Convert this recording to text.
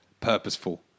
purposeful